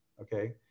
Okay